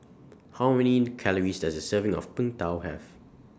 How Many Calories Does A Serving of Png Tao Have